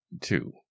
two